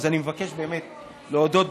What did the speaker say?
אז אני מבקש באמת להודות,